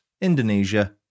Indonesia